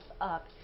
up